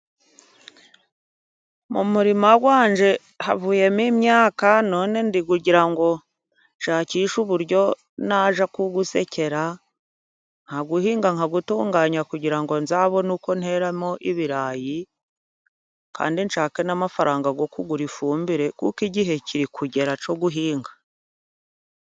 Mu murima wanjye havuyemo imyaka none ndagira ngo nshakishe uburyo najya kuwusekera, nkawuhinga, nkawutunganya. Kugira ngo nzabone uko nteramo ibirayi kandi nshake n'amafaranga yo kugura ifumbire kuko igihe kiri kugera cyo guhinga.